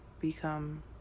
become